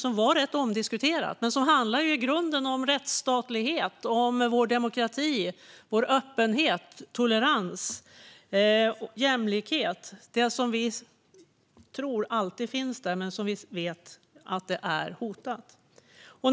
Denna livsstil har varit rätt omdiskuterad, men den handlar i grunden om rättsstatlighet, demokrati, öppenhet, tolerans och jämlikhet - det som vi tror alltid ska finnas där men som vi vet är hotat.